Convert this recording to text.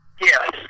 Yes